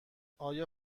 آیا